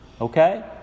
Okay